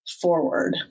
forward